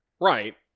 Right